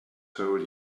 told